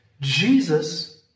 Jesus